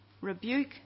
rebuke